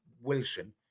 Wilson